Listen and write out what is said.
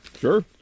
Sure